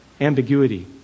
ambiguity